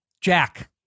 Jack